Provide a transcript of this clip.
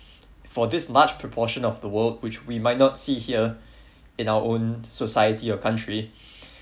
for this large proportion of the world which we might not see here in our own society or country